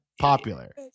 popular